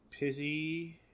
Pizzy